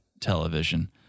television